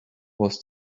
was